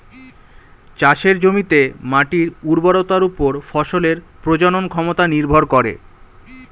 চাষের জমিতে মাটির উর্বরতার উপর ফসলের প্রজনন ক্ষমতা নির্ভর করে